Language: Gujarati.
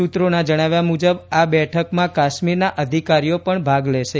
સૂત્રોના જણાવ્યા મુજબ આ બેઠકમાં કાશ્મીરના અધિકારીઓ પણ ભાગ લેશે